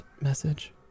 message